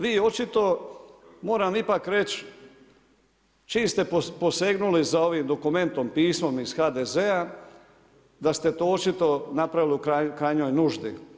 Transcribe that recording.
Vi očito, moram ipak reći, čim ste posegnuli za ovim dokumentom, pismom iz HDZ-a da ste to očito napravili u krajnjoj nuždi.